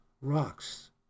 rocks